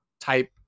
type